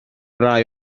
rai